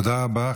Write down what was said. תודה רבה.